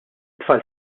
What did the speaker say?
tfal